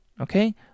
okay